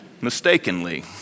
Mistakenly